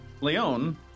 leon